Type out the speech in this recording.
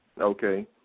okay